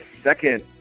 second